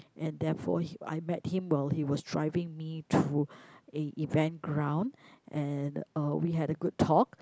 and therefore he I met him while he was driving me through a event ground and uh we had a good talk